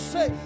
Say